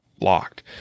locked